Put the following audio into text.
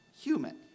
human